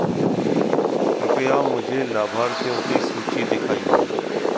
कृपया मुझे लाभार्थियों की सूची दिखाइए